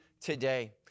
today